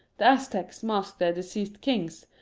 the aztecs masked their deceased kings,